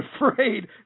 afraid